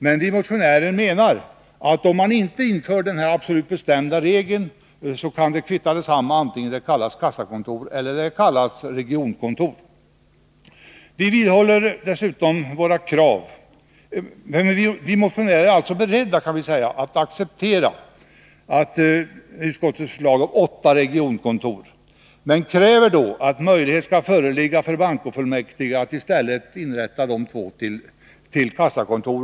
Vi motionärer menar att om man inte inför den här absolut bestämda regeln, kan det kvitta om benämningen kassakontor eller regionkontor används. Vi motionärer är alltså beredda att acceptera utskottets förslag om 8 regionkontor. Men då kräver vi att möjlighet skall föreligga för bankofullmäktige att i stället inrätta 2 kassakontor.